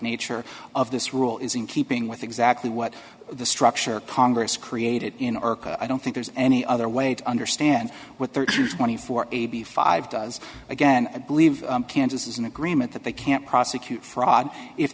nature of this rule is in keeping with exactly what the structure congress created in ark i don't think there's any other way to understand what the twenty four a b five does again and believe kansas is in agreement that they can't prosecute fraud if